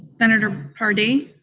senator paradee?